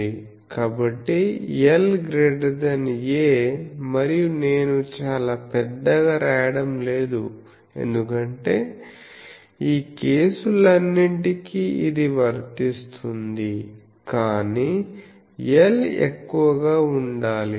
కాబట్టి l a మరియు నేను చాలా పెద్దగా రాయడం లేదు ఎందుకంటే ఈ కేసులన్నింటికీ ఇది వర్తిస్తుంది కాని l ఎక్కువగా ఉండాలి